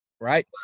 right